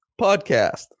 podcast